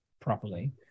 properly